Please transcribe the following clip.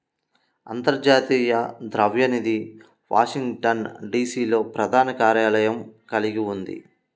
అంతర్జాతీయ ద్రవ్య నిధి వాషింగ్టన్, డి.సి.లో ప్రధాన కార్యాలయం కలిగి ఉంది